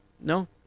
No